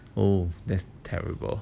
oh that's terrible